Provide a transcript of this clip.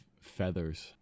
feathers